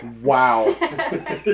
Wow